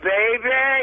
Baby